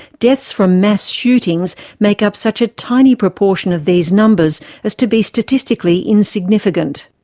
deaths from mass shootings make up such a tiny proportion of these numbers as to be statistically insignificant.